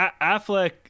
Affleck